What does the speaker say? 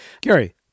Gary